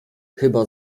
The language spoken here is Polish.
chyba